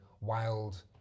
wild